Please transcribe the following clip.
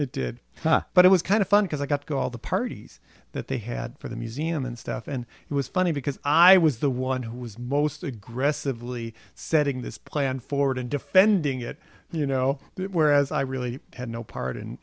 it did but it was kind of fun because i got to go all the parties that they had for the museum and stuff and it was funny because i was the one who was most aggressively setting this plan forward and defending it you know whereas i really had no part in